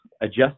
adjust